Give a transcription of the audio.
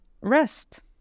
rest